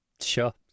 sure